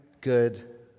good